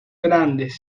grandes